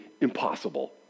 impossible